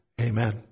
Amen